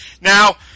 Now